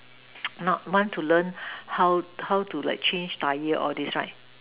not want to learn how how do like change Tyre all this time